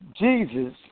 Jesus